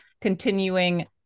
continuing